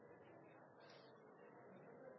presidentens